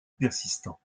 persistant